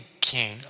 king